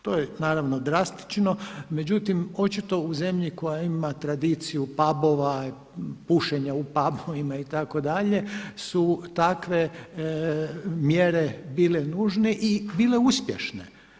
To je naravno drastično međutim očito u zemlji koja ima tradiciju pabova, pušenja u pabovima itd. su takve mjere bile nužne i bile uspješne.